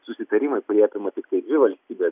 susitarimai kurie apima tiktai dvi valstybes